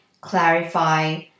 clarify